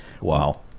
wow